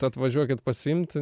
atvažiuokit pasiimti